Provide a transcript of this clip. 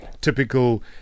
typical